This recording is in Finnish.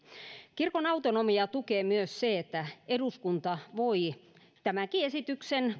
kirkon autonomiaa tukee myös se että eduskunta voi tämänkin esityksen